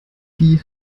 die